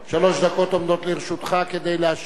שלוש דקות עומדות לרשותך כדי להשיב.